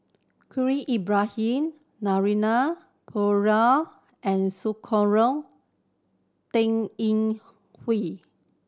Khalil Ibrahim Naraina and Sakura Teng Ying Hui